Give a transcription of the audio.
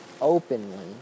openly